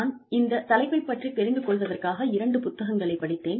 நான் இந்த தலைப்பைப் பற்றி தெரிந்து கொள்வதற்காக இரண்டு புத்தகங்களைப் படித்தேன்